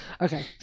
Okay